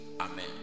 amen